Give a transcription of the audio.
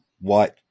white